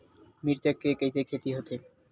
मिर्च के कइसे खेती होथे?